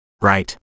Right